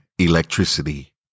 Electricity